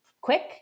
quick